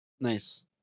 Nice